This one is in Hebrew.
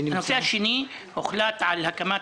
הנושא השני: הוחלט על ידי איילת שקד על הקמת